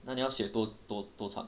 那你要写多多多长